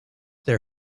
their